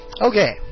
Okay